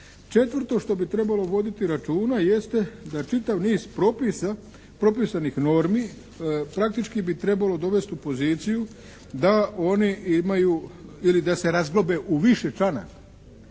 Četvrto što bi trebalo voditi računa jeste da čitav niz propisa, propisanih normi praktički bi trebalo dovesti u poziciju da oni imaju ili da se razglobe u više članaka.